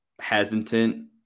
hesitant